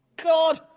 god!